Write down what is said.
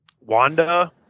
Wanda